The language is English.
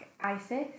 ISIS